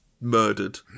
Murdered